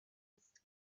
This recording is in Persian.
است